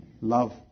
Love